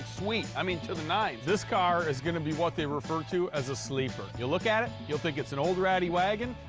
i mean, to the nines. this car is gonna be what they refer to as a sleeper. you'll look at it, you'll think it's an old, ratty wagon,